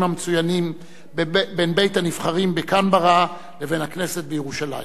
המצוינים בין בית-הנבחרים בקנברה לבין הכנסת בירושלים.